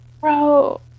Bro